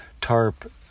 tarp